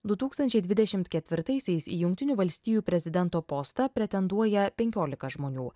du tūkstančiai dvidešimt ketvirtaisiais į jungtinių valstijų prezidento postą pretenduoja penkiolika žmonių